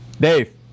Dave